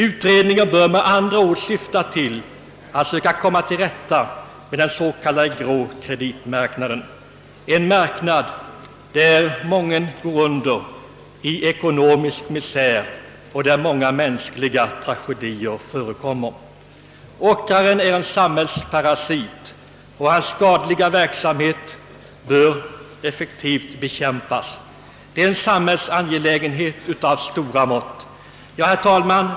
Utredningen bör med andra ord syfta till att söka komma till rätta med den s.k. grå kreditmarknaden, en marknad där mången går under i ekonomisk misär och där många mänskliga tragedier förekommer. Ockraren är en samhällsparasit och hans skadliga verksamhet bör effektivt bekämpas; det är en samhällsangelägenhet av stora mått. Herr talman!